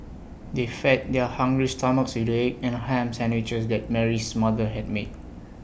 they fed their hungry stomachs with the egg and Ham Sandwiches that Mary's mother had made